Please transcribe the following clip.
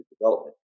development